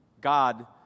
God